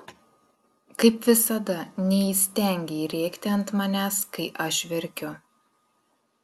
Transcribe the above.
kaip visada neįstengei rėkti ant manęs kai aš verkiu